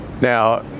Now